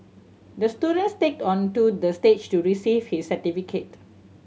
the student skated onto the stage to receive his certificate